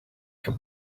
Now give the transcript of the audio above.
come